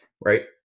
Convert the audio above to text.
Right